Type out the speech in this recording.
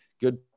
good